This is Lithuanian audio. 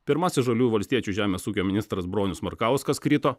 pirmasis žaliųjų valstiečių žemės ūkio ministras bronius markauskas krito